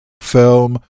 film